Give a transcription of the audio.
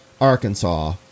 arkansas